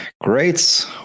great